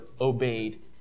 obeyed